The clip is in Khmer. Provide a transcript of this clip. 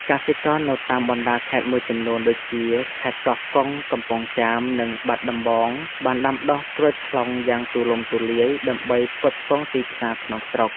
កសិករនៅតាមបណ្ដាខេត្តមួយចំនួនដូចជា ខេត្តកោះកុង កំពង់ចាម និងបាត់ដំបងបានដាំដុះក្រូចថ្លុងយ៉ាងទូលំទូលាយដើម្បីផ្គត់ផ្គង់ទីផ្សារក្នុងស្រុក។